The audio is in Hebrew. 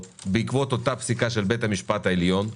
בעקבות הפסיקה של בית המשפט העליון.